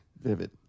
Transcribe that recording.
Vivid